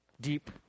deep